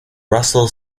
russell